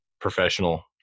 professional